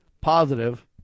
positive